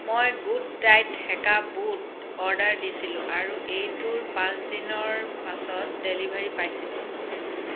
মই good diet সেকা বুট অৰ্ডাৰ দিছিলোঁ আৰু এইটোৰ পাঁচদিনৰ পাছত ডেলিভাৰী পাইছিলোঁ